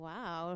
Wow